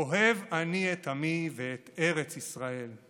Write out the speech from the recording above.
אוהב אני את עמי ואת ארץ ישראל.